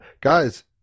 guys